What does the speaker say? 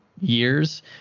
years